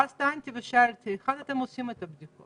ואז שאלתי: היכן אתם עושים את הבדיקות?